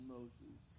Moses